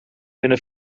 winnen